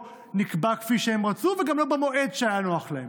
נקבע כפי שהם רצו וגם לא במועד שהיה נוח להם.